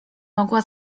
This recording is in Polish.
mogła